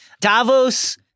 Davos